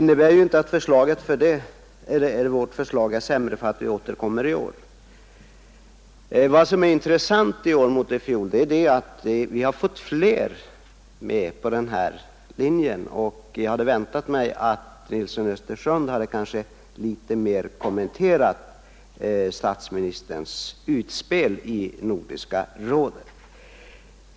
Men vårt förslag är inte sämre för att vi återkommer i år. Det som är intressant i år är att vi fått fler än i fjol med på vår linje, och jag hade väntat mig att herr Nilsson i Östersund något mer skulle kommentera statsministerns utspel i Nordiska rådet.